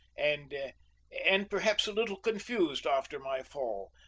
and and perhaps a little confused after my fall,